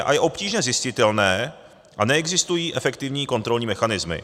A je obtížně zjistitelné a neexistují efektivní kontrolní mechanismy.